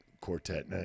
quartet